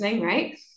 right